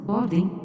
ordem